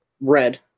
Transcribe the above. Red